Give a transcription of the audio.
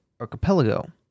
Archipelago